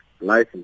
life